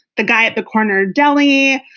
the guy at the corner deli.